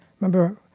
remember